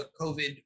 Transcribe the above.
COVID